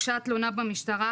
הוגשה תלונה במשטרה,